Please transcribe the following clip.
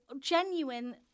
genuine